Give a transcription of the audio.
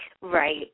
Right